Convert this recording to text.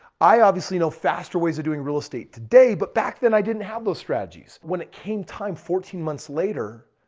i obviously know faster ways of doing real estate today. but back then i didn't have those strategies. when it came time fourteen months later,